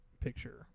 picture